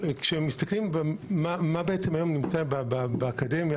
כשמסתכלים מה היום נמצא באקדמיה,